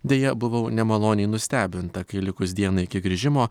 deja buvau nemaloniai nustebinta kai likus dienai iki grįžimo